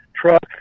truck